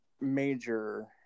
major